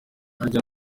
harya